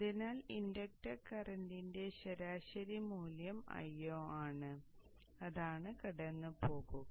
അതിനാൽ ഇൻഡക്റ്റർ കറന്റിന്റെ ശരാശരി മൂല്യം Io ആണ് അതാണ് കടന്നുപോകുക